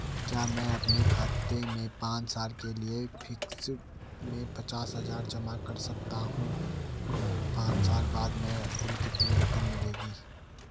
क्या मैं अपने खाते में पांच साल के लिए फिक्स में पचास हज़ार जमा कर सकता हूँ पांच साल बाद हमें कुल कितनी रकम मिलेगी?